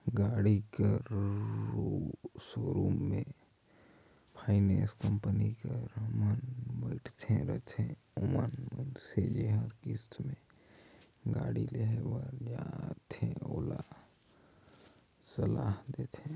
गाड़ी कर सोरुम में फाइनेंस कंपनी कर मन बइठे रहथें ओमन मइनसे जेहर किस्त में गाड़ी लेहे बर जाथे ओला सलाह देथे